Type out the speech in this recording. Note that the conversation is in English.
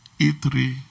E3